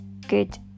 good